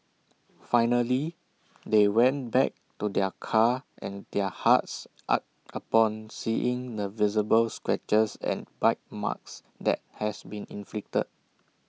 finally they went back to their car and their hearts ached upon seeing the visible scratches and bite marks that has been inflicted